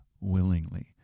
willingly